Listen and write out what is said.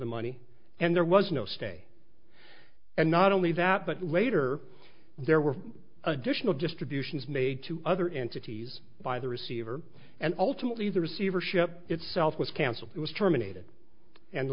the money and there was no stay and not only that but later there were additional distributions made to other entities by the receiver and ultimately the receivership itself was cancelled it was terminated and